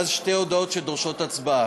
ואז שתי הודעות שדורשות הצבעה.